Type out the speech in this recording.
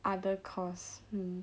other course hmm